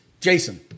Jason